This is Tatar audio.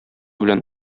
белән